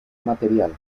material